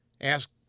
Ask